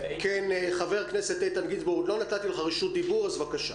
חבר הכנסת איתן גינזבורג, בבקשה.